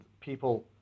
people